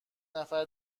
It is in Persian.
نفر